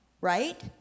right